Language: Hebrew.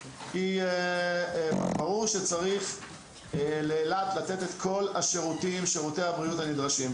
כי ברור שצריך לתת לאילת את כל שירותי הבריאות הנדרשים.